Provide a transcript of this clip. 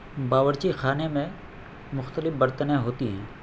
باورچی خانے میں مختلف برتنیں ہوتی ہیں